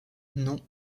non